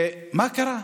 מה קרה?